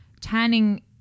Tanning